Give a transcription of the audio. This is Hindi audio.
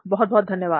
बहुत बहुत धन्यवाद